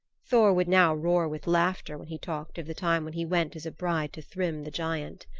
thor would now roar with laughter when he talked of the time when he went as a bride to thrym the giant.